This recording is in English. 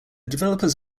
developers